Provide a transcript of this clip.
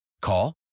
Call